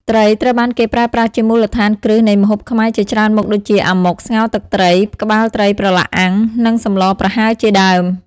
ត្រីត្រូវបានគេប្រើប្រាស់ជាមូលដ្ឋានគ្រឹះនៃម្ហូបខ្មែរជាច្រើនមុខដូចជា អាម៉ុក ស្ងោរទឹកត្រី ក្បាលត្រីប្រឡាក់អាំង និងសម្លប្រហើរជាដើម។